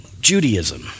Judaism